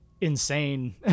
insane